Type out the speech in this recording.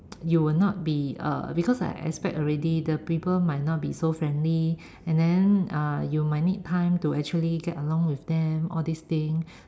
you would not be uh because I expect already the people might not be so friendly and then uh you might need time to actually get along with them all this thing